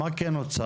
מה כן הוצע?